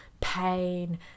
pain